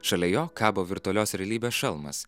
šalia jo kabo virtualios realybės šalmas